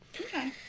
okay